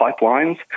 pipelines